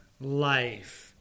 life